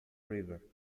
river